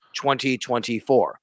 2024